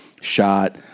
shot